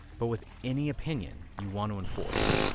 but with any opinion you want to enforce.